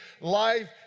life